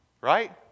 right